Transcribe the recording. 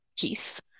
peace